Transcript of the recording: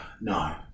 No